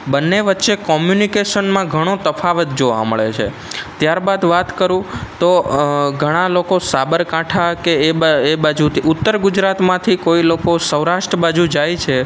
બંને વચ્ચે કમ્યુનિકેશનમાં ઘણો તફાવત જોવા મળે છે ત્યારબાદ વાત કરું તો ઘણા લોકો સાબરકાંઠા કે એ બાજુથી ઉત્તર ગુજરાતમાંથી કોઈ લોકો સૌરાષ્ટ્ર બાજુ જાય છે